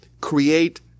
create